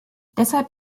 deshalb